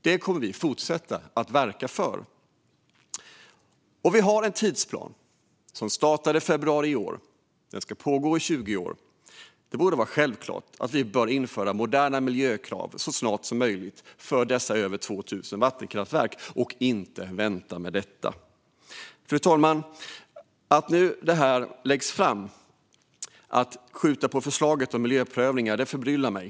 Det kommer vi att fortsätta verka för. Det finns en tidsplan som startade i februari i år. Den ska pågå i 20 år. Det borde vara självklart att vi så snart som möjligt inför moderna miljökrav för de över 2 000 vattenkraftverken och inte väntar med det. Fru talman! Att förslaget om att skjuta upp miljöprövningar läggs fram förbryllar mig.